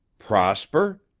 prosper?